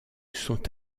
sont